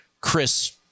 Chris